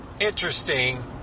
interesting